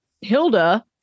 Hilda